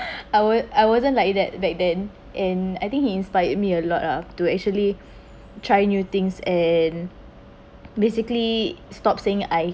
I wasn~ I wasn't like that back then and I think he inspired me a lot ah to actually try new things and basically stop saying I